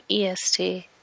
EST